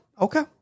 okay